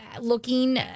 looking